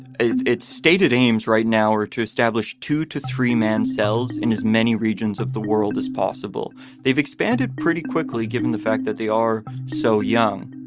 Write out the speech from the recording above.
its stated aims right now are to establish two to three man cells in his many regions of the world as possible. they've expanded pretty quickly given the fact that they are so young.